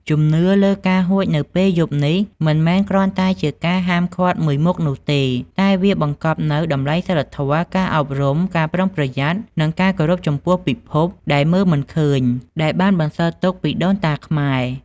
ជំនឿលើការហួចនៅពេលយប់នេះមិនមែនគ្រាន់តែជាការហាមឃាត់មួយមុខនោះទេ តែវាបង្កប់នូវ តម្លៃសីលធម៌ ការអប់រំ ការប្រុងប្រយ័ត្ន និងការគោរពចំពោះពិភពដែលមើលមិនឃើញ ដែលបានបន្សល់ទុកពីដូនតាខ្មែរ។